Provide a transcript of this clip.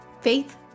faith